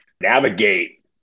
navigate